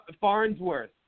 Farnsworth